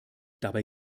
dabei